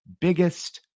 biggest